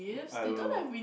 I don't know